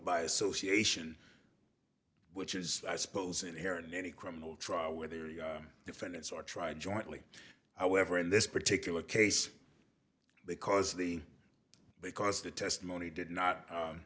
by association which is i suppose inherent in any criminal trial where the defendants are tried jointly however in this particular case because the because the testimony did not